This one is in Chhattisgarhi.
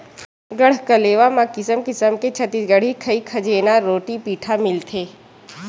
गढ़कलेवा म किसम किसम के छत्तीसगढ़ी खई खजेना, रोटी पिठा मिलथे